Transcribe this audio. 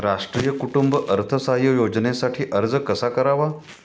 राष्ट्रीय कुटुंब अर्थसहाय्य योजनेसाठी अर्ज कसा करावा?